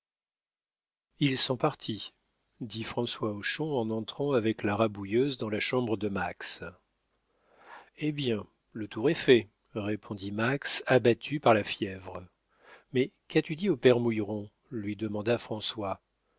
ils sont partis dit françois hochon en entrant avec la rabouilleuse dans la chambre de max hé bien le tour est fait répondit max abattu par la fièvre mais qu'as-tu dit au père mouilleron lui demanda françois